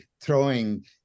throwing